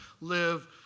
live